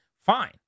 Fine